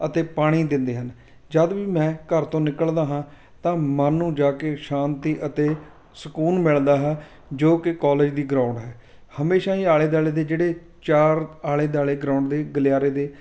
ਅਤੇ ਪਾਣੀ ਦਿੰਦੇ ਹਨ ਜਦ ਵੀ ਮੈਂ ਘਰ ਤੋਂ ਨਿਕਲਦਾ ਹਾਂ ਤਾਂ ਮਨ ਨੂੰ ਜਾ ਕੇ ਸ਼ਾਂਤੀ ਅਤੇ ਸਕੂਨ ਮਿਲਦਾ ਹੈ ਜੋ ਕਿ ਕੋਲਜ ਦੀ ਗਰਾਉਂਡ ਹੈ ਹਮੇਸ਼ਾ ਹੀ ਆਲੇ ਦੁਆਲੇ ਦੇ ਜਿਹੜੇ ਚਾਰ ਆਲੇ ਦੁਆਲੇ ਗਰਾਉਂਡ ਦੇ ਗਲਿਆਰੇ ਦੇ